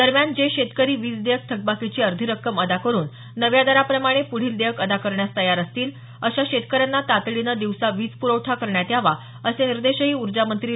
दरम्यान जे शेतकरी वीज देयक थकबाकीची अर्धी रक्कम अदा करून नव्या दराप्रमाणे पुढील देयक अदा करण्यास तयार असतील अशा शेतकऱ्यांना तातडीनं दिवसा वीज प्रवठा करण्यात यावा असे निर्देशही ऊर्जामंत्री डॉ